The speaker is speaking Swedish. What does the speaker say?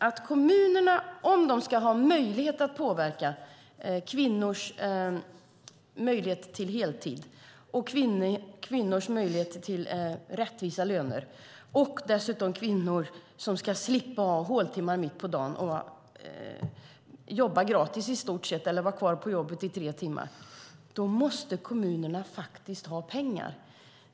Om kommunerna ska kunna påverka kvinnors möjligheter att jobba heltid, kvinnors möjligheter att få rättvisa löner och kvinnors möjligheter att slippa ha håltimmar mitt på dagen och i stort sett jobba gratis eller vara kvar på jobbet i tre timmar måste kommunerna faktiskt ha pengar.